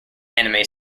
anime